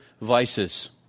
vices